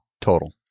total